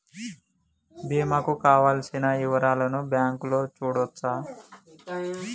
బీమా కు కావలసిన వివరాలను బ్యాంకులో చూడొచ్చా?